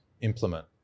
implement